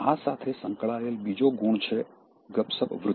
આ સાથે સંકળાયેલ બીજો ગુણ છે ગપસપ વૃત્તિ